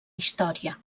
història